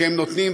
שהם נותנים,